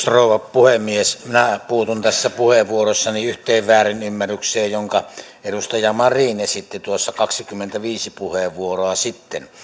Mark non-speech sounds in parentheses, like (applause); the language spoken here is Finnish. (unintelligible) rouva puhemies minä puutun tässä puheenvuorossani yhteen väärinymmärrykseen jonka edustaja marin esitti tuossa kaksikymmentäviisi puheenvuoroa sitten